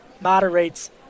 moderates